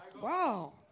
Wow